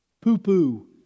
Poo-poo